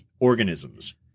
organisms